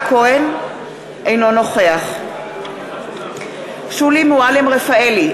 אינו נוכח שולי מועלם-רפאלי,